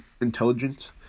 intelligence